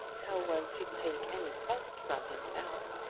how was she to take any present from him now?